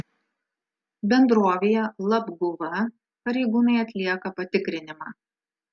bendrovėje labguva pareigūnai atlieka patikrinimą